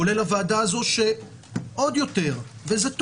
כולל הוועדה הזאת וטוב שכך,